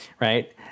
right